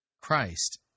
Christ